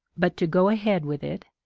but to go ahead with it,